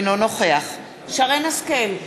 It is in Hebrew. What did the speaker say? אינו נוכח שרן השכל,